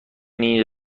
این